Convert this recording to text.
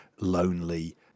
lonely